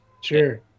Sure